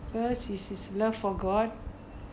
first is his love for god